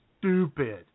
stupid